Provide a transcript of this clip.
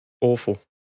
Awful